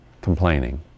complaining